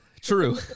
True